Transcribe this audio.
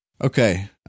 Okay